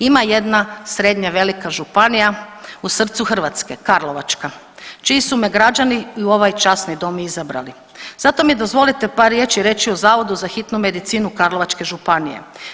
Ima jedna srednje velika županija u srcu Hrvatske, Karlovačka čiji su me građani i u ovaj časni dom izabrali, zato mi dozvolite par riječi reći o Zavodu za hitnu medicinu Karlovačke županije.